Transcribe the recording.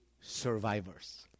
survivors